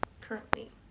currently